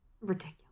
Ridiculous